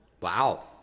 Wow